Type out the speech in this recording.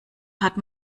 hat